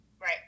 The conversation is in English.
right